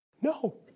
No